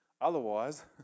Otherwise